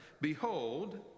behold